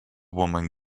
woman